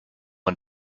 man